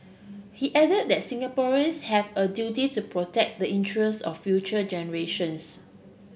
he added that Singaporeans have a duty to protect the interest of future generations